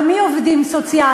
הרי מי הם העובדים הסוציאליים?